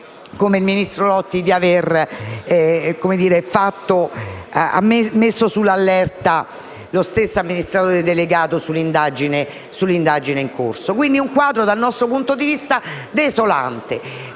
viene accusato di avere messo sull'allerta lo stesso amministratore delegato sull'indagine in corso. Un quadro, dal nostro punto di vista, desolante.